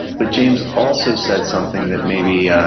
but james also said something that maybe